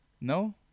No